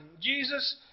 Jesus